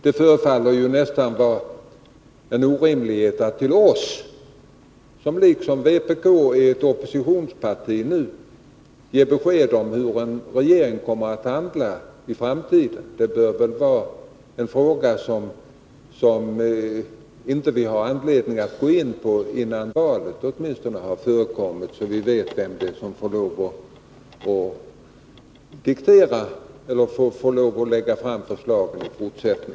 Det förefaller vara en orimlighet att av oss socialdemokrater, som liksom vpk nu är i opposition, avkräva ett besked om hur en regering kommer att handla i framtiden. Det bör vara en fråga som vi inte har anledning att gå in på innan åtminstone valet har ägt rum, så att vi vet vem som i fortsättningen får lov att lägga fram förslagen.